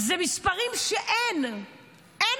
אלה